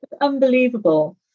unbelievable